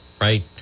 right